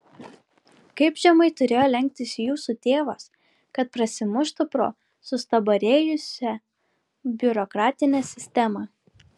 kaip žemai turėjo lenktis jūsų tėvas kad prasimuštų pro sustabarėjusią biurokratinę sistemą